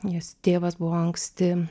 jos tėvas buvo anksti